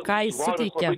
ką jis suteikia